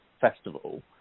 festival